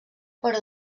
però